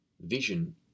Vision